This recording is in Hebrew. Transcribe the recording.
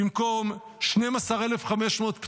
במקום 1,800 הרוגים, במקום 12,500 פצועים.